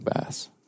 Bass